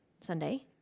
Sunday